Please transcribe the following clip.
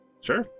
Sure